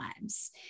lives